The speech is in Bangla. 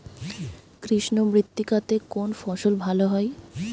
কৃষ্ণ মৃত্তিকা তে কোন ফসল ভালো হয়?